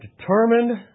determined